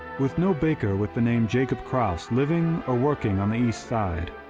with no baker with the name jacob krause living or working on the east side,